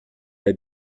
l’a